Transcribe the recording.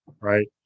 right